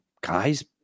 guys